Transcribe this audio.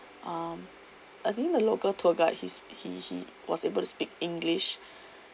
um I think the local tour guide he's he he was able to speak english